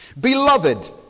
Beloved